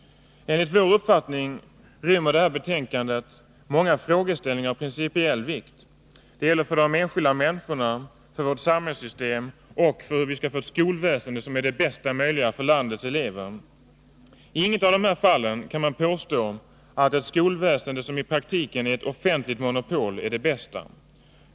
Enligt vår uppfattning rymmer det här betänkandet många frågeställningar av principiell vikt — för de enskilda människorna, för vårt samhällssystem och för hur vi skall få ett skolväsende som är det bästa möjliga för landets elever. Inte i något av de här fallen kan man påstå att ett skolväsende som i praktiken är ett offentligt monopol är det bästa.